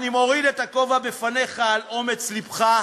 אני מוריד את הכובע בפניך על אומץ לבך.